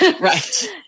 Right